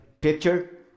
picture